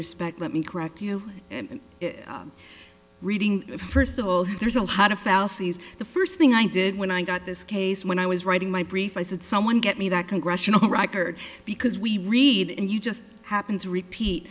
respect let me correct you reading it first of all there's a lot of fallacies the first thing i did when i got this case when i was writing my brief i said someone get me that congressional record because we read it and you just happened to repeat